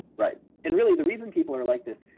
right. and really the reason people are like this,